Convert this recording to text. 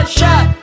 shot